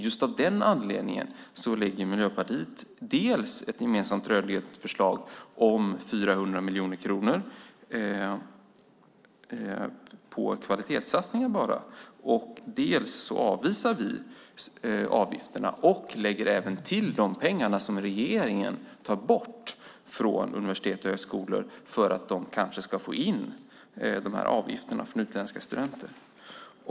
Just av den anledningen finns ett gemensamt rödgrönt förslag om 400 miljoner kronor till kvalitetssatsningen. Vi avvisar också avgifter och lägger till de pengar som regeringen tar bort från universitet och högskolor för de avgifter de kanske får in från utländska studenter.